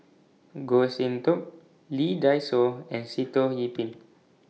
Goh Sin Tub Lee Dai Soh and Sitoh Yih Pin